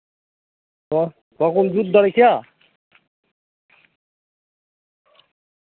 ᱟᱫᱚ ᱱᱚᱣᱟ ᱠᱚᱢ ᱡᱩᱛ ᱫᱟᱲᱮᱭᱟᱜ ᱠᱮᱭᱟ